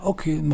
Okay